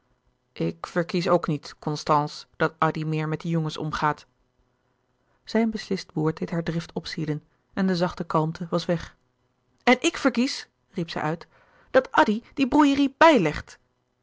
ik verkies ook niet constance dat addy meer met die jongens omgaat louis couperus de boeken der kleine zielen zijn beslist woord deed haar drift opzieden en de zachte kalmte was weg en ik verkies riep zij uit dat addy die brouillerie bijlegt